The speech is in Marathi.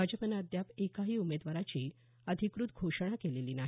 भाजपनं अद्याप एकाही उमेदवाराची अधिकृत घोषणा केलेली नाही